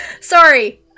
Sorry